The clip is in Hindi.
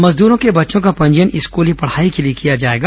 मजदूरों के बच्चों का पंजीयन स्कूली पढ़ाई के लिए किया जाएगा